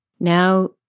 Now